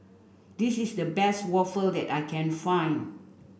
this is the best Waffle that I can find